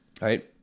right